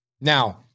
Now